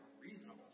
reasonable